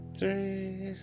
three